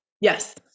Yes